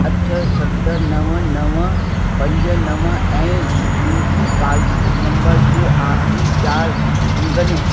अठ सत नव नव पंज नव ऐं मुंहिंजी पॉलिसी नंबर जो आखिरी चार अंगनि